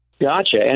Gotcha